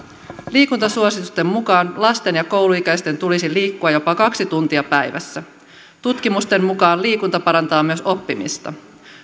liikuntasuositusten mukaan lasten ja kouluikäisten tulisi liikkua jopa kaksi tuntia päivässä tutkimusten mukaan liikunta parantaa myös oppimista